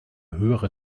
höhere